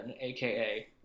aka